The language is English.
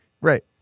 right